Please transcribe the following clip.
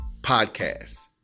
podcast